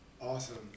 Awesome